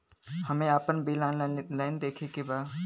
हमे आपन bill online देखे के बा?